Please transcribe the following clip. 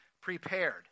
prepared